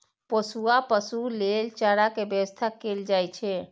पोसुआ पशु लेल चारा के व्यवस्था कैल जाइ छै